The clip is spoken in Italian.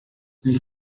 nel